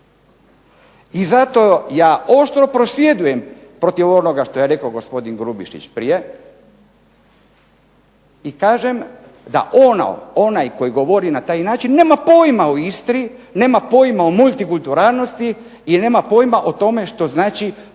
i zato ja oštro prosvjedujem protiv onoga što je rekao gospodin Grubišić prije, i kažem da ono, onaj koji govori na taj način nema pojma o Istri, nema pojma o multikulturalnosti, i nema pojma o tome što znači poštivati